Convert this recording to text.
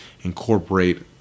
incorporate